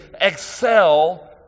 excel